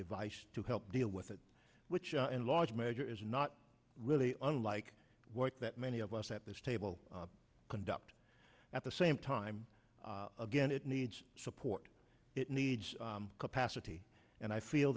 device to help deal with it which in large measure is not really unlike work that many of us at this table conduct at the same time again it needs support it needs capacity and i feel